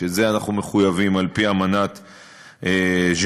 שאנחנו מחויבים לכך על-פי אמנת ז'נבה.